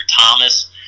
Thomas